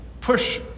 push